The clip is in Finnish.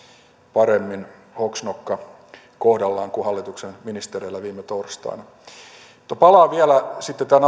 paremmin hoksnokka kohdallaan kuin hallituksen ministereillä viime torstaina mutta palaan vielä sitten tämän